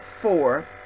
four